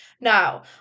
Now